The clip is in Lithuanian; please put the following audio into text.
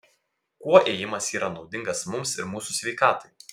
kuo ėjimas yra naudingas mums ir mūsų sveikatai